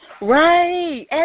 Right